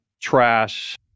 trash